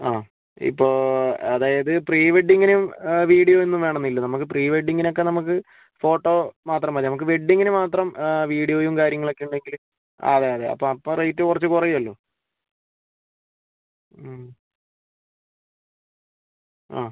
ആ ഇപ്പോൾ അതായത് പ്രീവെഡിങ്ങിനും വീഡിയോ ഒന്നും വേണമെന്നില്ല നമുക്ക് പ്രീവെഡിങ്ങിനൊക്കെ നമുക്ക് ഫോട്ടോ മാത്രം മതി നമുക്ക് വെഡിങ്ങിന് മാത്രം വീഡിയോയും കാര്യങ്ങളൊക്കെ ഉണ്ടെങ്കില് ആ അതെയതെ അപ്പം അപ്പം റേറ്റ് കുറച്ച് കുറയുമല്ലോ മ് ആ